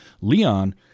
Leon